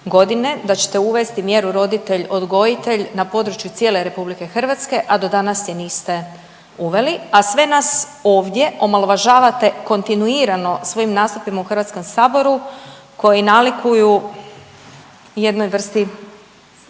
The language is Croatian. da ćete uvesti mjeru roditelj-odgojitelj na području cijele RH, a do danas je niste uveli, a sve nas ovdje omalovažavate kontinuirano svojim nastupima u HS-u koji nalikuju jednoj vrsti